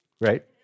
Right